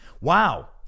Wow